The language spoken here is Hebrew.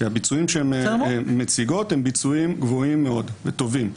כי הביצועים שהן מציגות הם ביצועים גבוהים מאוד וטובים.